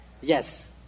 Yes